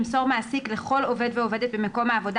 ימסור מעסיק לכל עובד ועובדת במקום העבודה